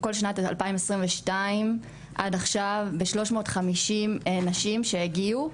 בכל שנת 2022 עד עכשיו טיפלנו ב-350 נשים שהגיעו,